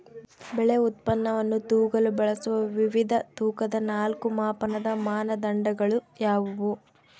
ಬೆಳೆ ಉತ್ಪನ್ನವನ್ನು ತೂಗಲು ಬಳಸುವ ವಿವಿಧ ತೂಕದ ನಾಲ್ಕು ಮಾಪನದ ಮಾನದಂಡಗಳು ಯಾವುವು?